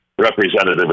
representative